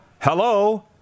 Hello